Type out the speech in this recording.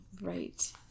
Right